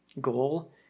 goal